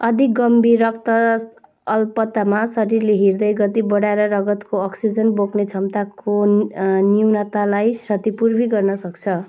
अधिक गम्भीर रक्तअल्पतामा शरीरले हृदय गति बढाएर रगतको अक्सिजन बोक्ने क्षमताको न्यूनतालाई क्षतिपूर्ति गर्न सक्छ